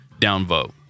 downvote